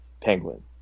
Penguin